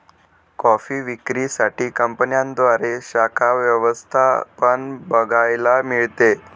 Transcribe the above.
coffee विक्री साठी कंपन्यांद्वारे शाखा व्यवस्था पण बघायला मिळते